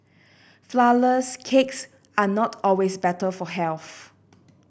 flourless cakes are not always better for health